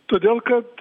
todėl kad